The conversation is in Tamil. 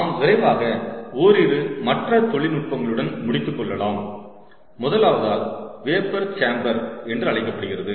நாம் விரைவாக ஓரிரு மற்ற தொழில்நுட்பங்களுடன் முடித்துக் கொள்ளலாம் முதலாவது வேப்பர் சேம்பர் என்று அழைக்கப்படுகிறது